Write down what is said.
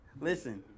Listen